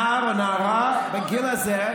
של ההבטחה לנער או נערה בגיל הזה,